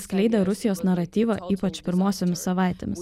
skleidė rusijos naratyvą ypač pirmosiomis savaitėmis